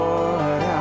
Lord